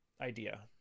idea